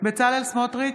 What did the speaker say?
בצלאל סמוטריץ'